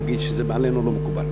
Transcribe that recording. להגיד שזה עלינו לא מקובל.